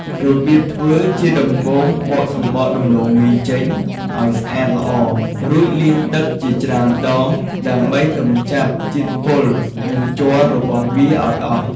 របៀបធ្វើ ជាដំបូង បកសំបកដំឡូងមីចេញឲ្យស្អាតល្អ រួចលាងទឹកជាច្រើនដង ដើម្បីកម្ចាត់ជាតិពុល និងជ័ររបស់វាឲ្យអស់។